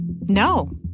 No